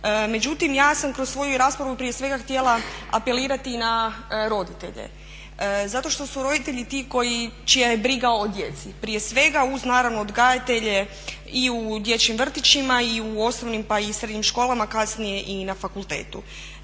Međutim, ja sam kroz svoju i raspravu prije svega htjela apelirati i na roditelje zato što su roditelji ti čija je briga o djeci prije svega uz naravno odgajatelje i u dječjim vrtićima i u osnovnim pa i srednjim školama, kasnije i na fakultetu.